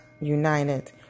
united